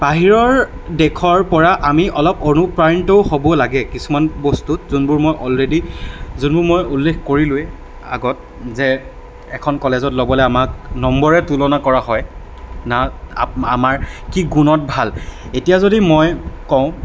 বাহিৰৰ দেশৰ পৰা আমি অলপ অনুপ্ৰাণিতও হ'ব লাগে কিছুমান বস্তুত যোনবোৰ মই অলৰেডি যোনবোৰ মই উল্লেখ কৰিলোঁৱেই আগত যে এখন কলেজত ল'বলৈ আমাক নম্বৰৰে তুলনা কৰা হয় না আমাৰ কি গুণত ভাল এতিয়া যদি মই কওঁ